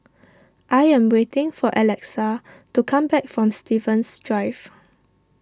I am waiting for Alexa to come back from Stevens Drive